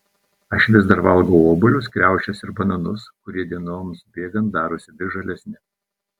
aš vis dar valgau obuolius kriaušes ir bananus kurie dienoms bėgant darosi vis žalesni